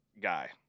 guy